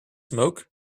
smoke